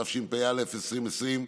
התשפ"א 2020,